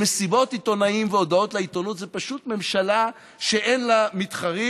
במסיבות עיתונאים והודעות לעיתונות זו פשוט ממשלה שאין לה מתחרים.